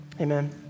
Amen